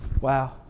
Wow